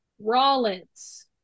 Rollins